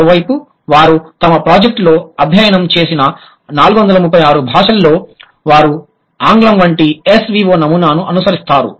మరోవైపు వారు తమ ప్రాజెక్ట్లో అధ్యయనం చేసిన 436 భాషల్లో వారు ఆంగ్లం వంటి SVO నమూనాను అనుసరిస్తారు